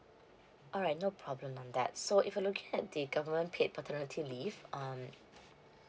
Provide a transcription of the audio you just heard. alright no problem on that so if you're looking at the government paid paternity leave um